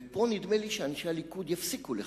ופה נדמה לי שאנשי הליכוד יפסיקו לחייך,